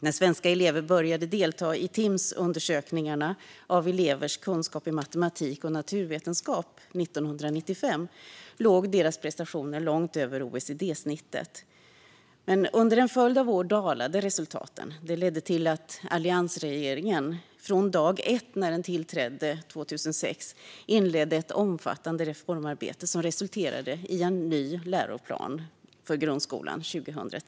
När svenska elever 1995 började delta i Timssundersökningarna av elevers kunskaper i matematik och naturvetenskap låg deras prestationer långt över OECD-snittet. Under en följd av år dalade dock resultaten, vilket ledde till att alliansregeringen från dag ett, när den tillträdde 2006, inledde ett omfattande reformarbete som 2010 resulterade i en ny läroplan för grundskolan.